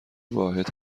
واحد